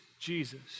Jesus